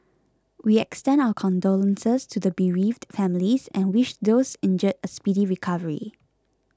we extend our condolences to the bereaved families and wish those injured a speedy recovery